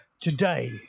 today